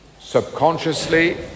subconsciously